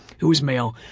who was male,